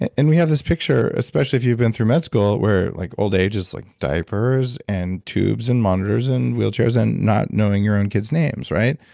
we have this picture, especially if you've been through med school where like old age is like diapers, and tubes and monitors, and wheelchairs and not knowing your own kids' names, right?